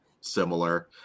similar